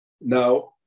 Now